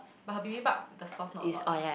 but bibimbap the sauce not a lot lah